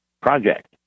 project